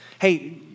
Hey